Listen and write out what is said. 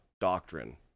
doctrine